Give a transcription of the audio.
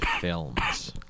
films